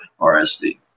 RSV